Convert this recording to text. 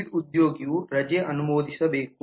lead ಉದ್ಯೋಗಿಯು ರಜೆ ಅನುಮೋದಿಸಬೇಕು